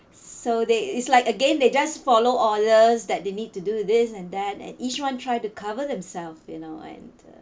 so they is like again they just follow orders that they need to do this and that and each one tried to cover themselves you know and uh